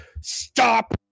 Stop